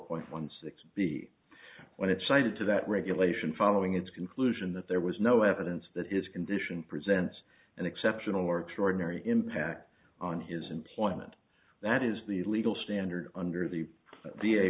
point one six b when it cited to that regulation following its conclusion that there was no evidence that his condition presents an exceptional or to ordinary impact on his employment that is the legal standard under the